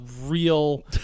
real